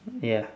ya